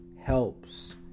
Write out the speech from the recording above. helps